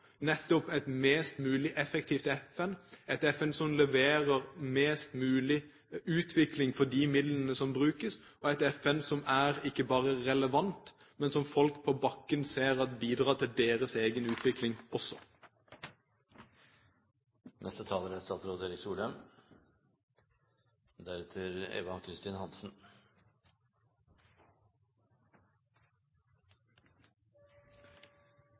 nettopp et mest mulig effektivt FN, et FN som leverer mest mulig utvikling for de midlene som brukes, og et FN som ikke bare er relevant, men som folk på bakken ser bidrar til deres egen utvikling også. Jeg er